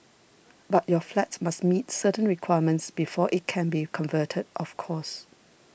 but your flat must meet certain requirements before it can be converted of course